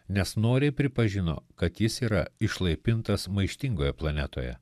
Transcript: nes noriai pripažino kad jis yra išlaipintas maištingoje planetoje